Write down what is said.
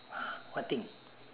what thing